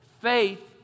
Faith